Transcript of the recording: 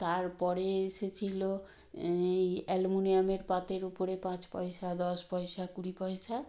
তারপরে এসেছিলো এই অ্যালমুনিয়ামের পাতের উপরে পাঁচ পয়সা দশ পয়সা কুড়ি পয়সা